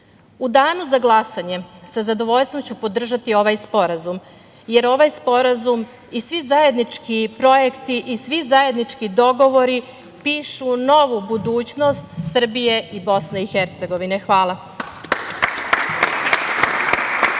danu za glasanje sa zadovoljstvom ću podržati ovaj sporazum, jer ovaj sporazum i svi zajednički projekti i svi zajednički dogovori pišu novu budućnost Srbije i Bosne i Hercegovine. Hvala.